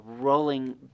rolling